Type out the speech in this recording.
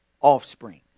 offspring